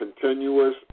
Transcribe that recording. continuous